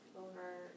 over